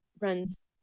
runs